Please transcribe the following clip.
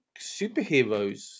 superheroes